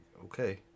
okay